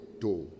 door